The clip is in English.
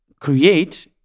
create